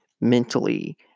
mentally